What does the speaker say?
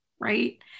right